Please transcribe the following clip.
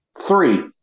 Three